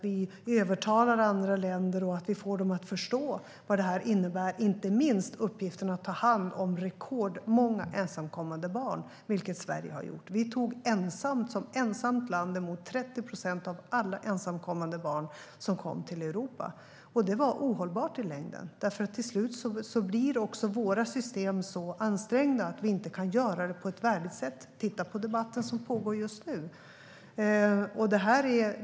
Vi övertalar andra länder och får dem att förstå vad detta innebär, inte minst när det gäller uppgiften att ta hand om rekordmånga ensamkommande barn. Det har Sverige gjort - vi tog som ensamt land emot 30 procent av alla ensamkommande barn som kom till Europa. Och det var ohållbart i längden, för till slut blir våra system så ansträngda att vi inte kan göra det på ett värdigt sätt. Se bara på debatten som pågår just nu!